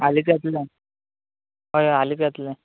हालींच घातलें हय हय हालींच घातलें